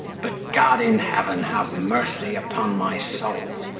but god in heaven have mercy upon my soul,